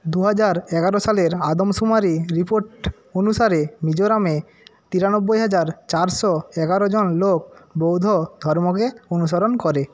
দুহাজার এগারো সালের আদমশুমারি রিপোর্ট অনুসারে মিজোরামে তিরানব্বই হাজার চারশো এগারো জন লোক বৌদ্ধ ধর্মকে অনুসরণ করে